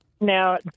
Now